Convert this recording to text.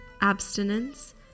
abstinence